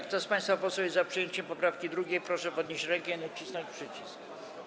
Kto z państwa posłów jest za przyjęciem poprawki 2., proszę podnieść rękę i nacisnąć przycisk.